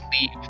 leave